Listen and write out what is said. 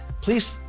please